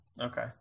Okay